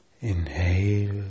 Inhale